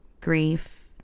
grief